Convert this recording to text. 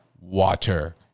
water